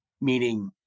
meaning